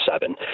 seven